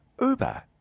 Uber